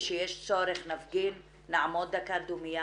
כשיש צורך אנחנו נפגין, נעמוד דקת דומייה.